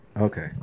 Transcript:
Okay